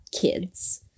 kids